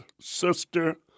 sister